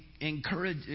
encourage